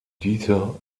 dieser